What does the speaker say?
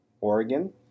Oregon